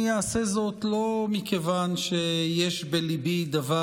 אני אעשה זאת לא מכיוון שיש בליבי דבר,